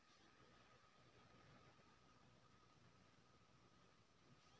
हमरा परिवार में दू आदमी कमाए वाला हे ते लोन मिलते की ने?